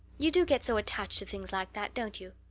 you do get so attached to things like that, don't you?